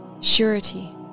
surety